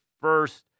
first